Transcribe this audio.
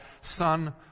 Son